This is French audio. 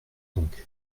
donc